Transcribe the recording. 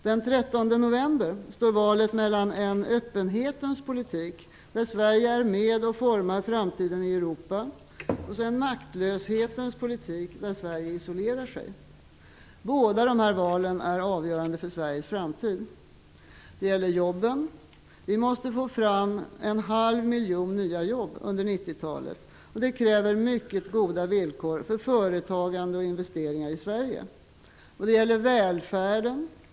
Den 13 november står valet mellan en öppenhetens politik, där Sverige är med och formar framtiden i Europa, och en maktlöshetens politik, där Sverige isolerar sig. Båda dessa val är avgörande för Sveriges framtid. Det gäller jobben. Vi måste få fram en halv miljon nya jobb under 90-talet. Det kräver mycket goda villkor för företagande och investeringar i Sverige. Det gäller välfärden.